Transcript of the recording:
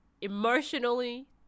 emotionally